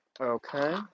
okay